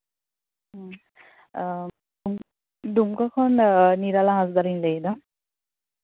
ᱦᱩᱸ ᱰᱩᱢᱠᱟ ᱠᱷᱚᱱ ᱱᱤᱨᱟᱞᱟ ᱦᱟᱸᱥᱫᱟ ᱞᱤᱧ ᱞᱟᱹᱭᱫᱟ